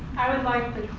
i would like